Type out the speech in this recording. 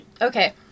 Okay